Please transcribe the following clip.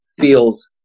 feels